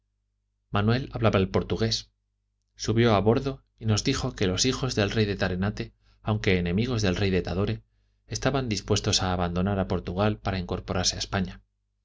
manuel hablaba el portugués subió a bordo y nos dijo que los hijos del rey de tarenate aunque enemigos del rey de tadore estaban dispuestos a abandonar a portugal para incorporarse a españa